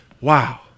Wow